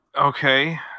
Okay